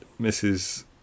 mrs